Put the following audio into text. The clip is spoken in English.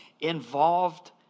involved